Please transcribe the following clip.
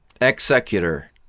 Executor